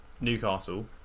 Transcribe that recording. Newcastle